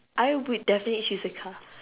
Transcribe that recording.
I would definitely choose a car